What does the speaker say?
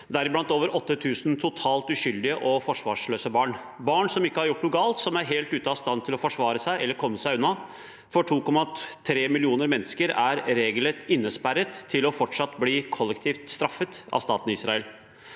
deriblant over 8 000 totalt uskyldige og forsvarsløse barn. Dette er barn som ikke har gjort noe galt, som er helt ute av stand til å forsvare seg eller komme seg unna, for 2,3 millioner mennesker er regelrett innesperret og blir fortsatt kollektivt straffet av staten Israel.